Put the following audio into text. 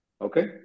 Okay